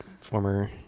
former